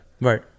right